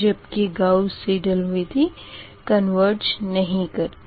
जबकि Gauss Seidel विधी converge नही करती